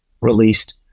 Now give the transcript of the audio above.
released